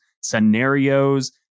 scenarios